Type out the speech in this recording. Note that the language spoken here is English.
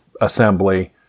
assembly